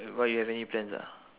why you have any plans ah